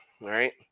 right